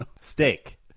Steak